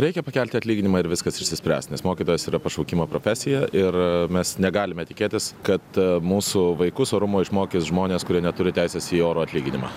reikia pakelti atlyginimą ir viskas išsispręs nes mokytojas yra pašaukimo profesiją ir mes negalime tikėtis kad mūsų vaikus orumo išmokys žmones kurie neturi teisės į oro atlyginimą